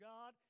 God